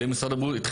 למשרד הבריאות,